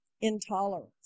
intolerance